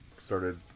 started